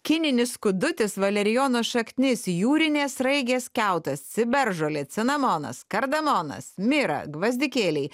kininis skudutis valerijono šaknis jūrinės sraigės kiautas ciberžolė cinamonas kardamonas mira gvazdikėliai